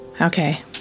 Okay